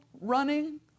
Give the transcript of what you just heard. running